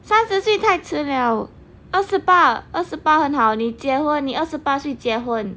三十岁太迟 liao 二十八二十八很好你结婚你二十八岁结婚